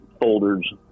folders